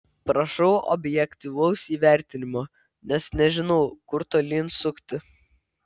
prašau objektyvaus įvertinimo nes nežinau kur tolyn sukti